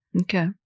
Okay